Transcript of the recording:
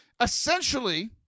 essentially –